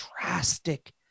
drastic